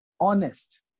honest